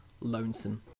*Lonesome*